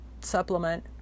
supplement